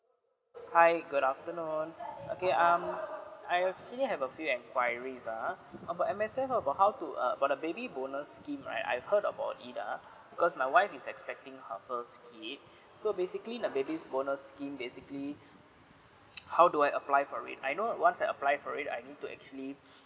hi good afternoon okay um I actually have a few enquiries ah about M_S_F about how uh for the baby bonus scheme right I've heard about it ah cause my wife is expecting her first kid so basically the baby bonus scheme basically how do I apply for it I know once I apply for it I need to actually